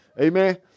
amen